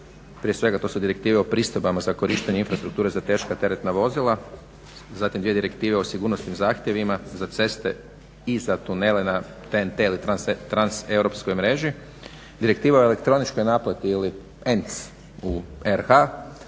Prije svega to su Direktive o pristojbama za korištenje infrastrukture za teška teretna vozila, zatim dvije Direktive o sigurnosnim zahtjevima za ceste i za tunele za TEN ili transeuropskoj mreži, Direktiva o elektroničkoj napravi ili ENC u RH